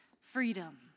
freedom